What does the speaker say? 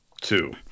two